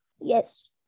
Yes